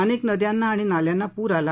अनेक नद्यांना आणि नाल्यांना पूर आला